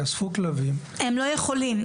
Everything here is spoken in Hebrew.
יאספו כלבים --- הם לא יכולים,